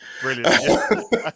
Brilliant